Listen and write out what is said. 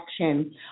action